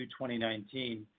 2019